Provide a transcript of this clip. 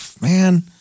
Man